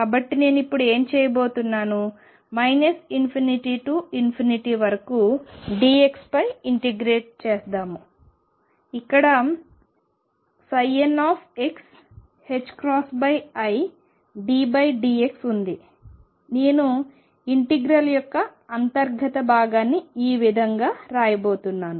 కాబట్టి నేను ఇప్పుడు ఏమి చేయబోతున్నాను ∞ నుండి ∞ వరకు dxపై ఇంటిగ్రేట్ చేస్తాము ఇక్కడ niddx ఉంది నేను ఇంటిగ్రల్ యొక్క అంతర్గత భాగాన్ని ఈ విదంగా రాయబోతున్నాను